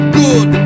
good